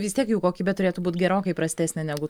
vis tiek jų kokybė turėtų būt gerokai prastesnė negu